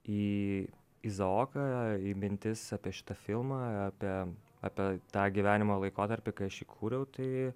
į izaoką į mintis apie šitą filmą apie apie tą gyvenimo laikotarpį kai aš jį kūriau tai